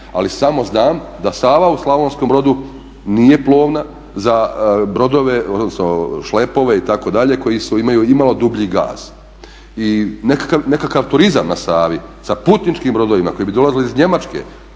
ali samo znam da Sava u Slavonskom Brodu nije plovna za brodove, odnosno šlepove itd. koji imaju imalo dublji gaz. I nekakav turizam na Savi sa putničkim brodovima koji bi dolazili iz Njemačke,